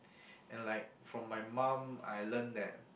and like from my mum I learn that